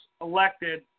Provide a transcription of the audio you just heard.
elected